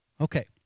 Okay